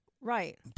Right